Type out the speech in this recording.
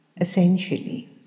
essentially